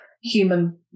human